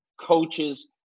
coaches